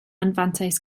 anfantais